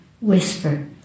whisper